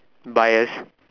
bias